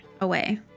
away